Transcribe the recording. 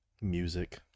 music